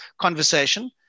conversation